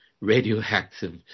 radioactive